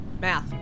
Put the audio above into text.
Math